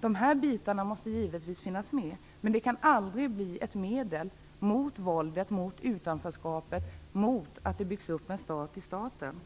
grupper. Dessa bitar måste givetvis finnas med, men de kan aldrig bli några medel mot våldet, utanförskapet och uppbyggandet av en stat i staten.